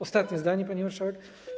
Ostatnie zdanie, pani marszałek.